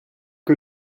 que